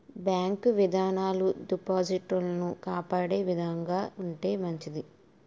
bank విధానాలు డిపాజిటర్లను కాపాడే విధంగా ఉంటే మంచిది